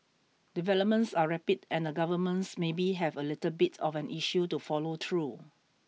developments are rapid and the governments maybe have a little bit of an issue to follow through